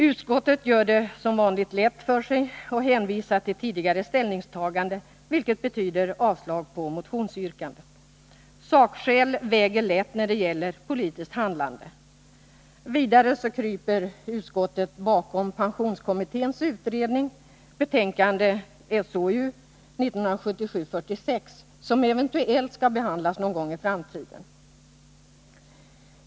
Utskottet gör det som vanligt lätt för sig och hänvisar till ett tidigare ställningstagande, vilket betyder avslag på motionsyrkandet. Sakskäl väger lätt när det gäller politiskt handlande. Vidare kryper utskottet bakom pensionskommitténs betänkande, SOU 1977:46, som eventuellt skall behandlas någon gång i framtiden.